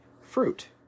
fruit